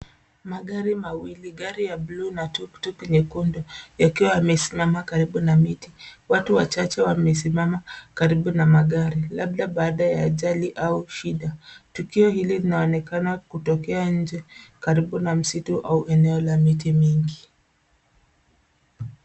Magari mawili, gari ya buluu na tuktuk nyekundu yakiwa yamesimama karibu na miti. Watu wachache wamesimama karibu na magari labda baada ya ajali au shida. Tukio hili linaonekana kutokea nje karibu na msitu au eneo la miti mingi.